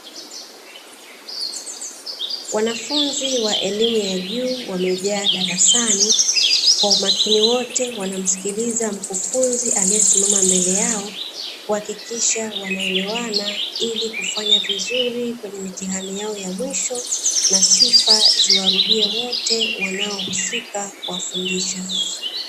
Wanafunzi wa elimu ya juu wamejaa darasani, kwa umakini wote wanamsikiliza mkufunzi aliyesimama mbele yao, kuhakikisha wanaelewana, ili kufanya vizuri kwenye mitihani yao ya mwisho, na sifa ziwarudie wote wanaohusika kuwafundisha.